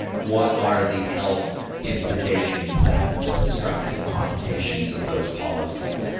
what are the health implications of that and the destructive connotations of those policies?